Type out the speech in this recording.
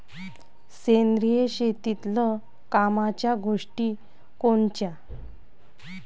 सेंद्रिय शेतीतले कामाच्या गोष्टी कोनच्या?